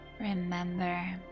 Remember